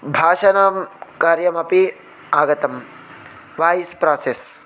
भाषणं कार्यमपि आगतं वाय्स् प्रासेस्